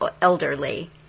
elderly